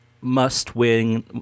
must-win